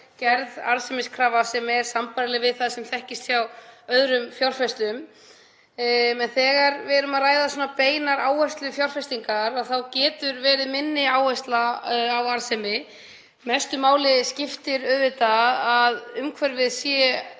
gerð arðsemiskrafa sem er sambærileg við það sem þekkist hjá öðrum fjárfestum. Þegar við erum að ræða svona beinar áherslufjárfestingar, þá getur verið minni áhersla á arðsemi. Mestu máli skiptir auðvitað að ýta undir að